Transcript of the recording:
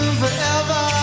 forever